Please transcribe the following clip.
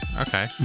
okay